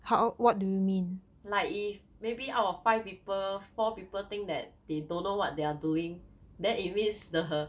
like if maybe out of five people four people think that they don't know what they're doing then it means the